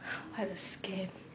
I have a scam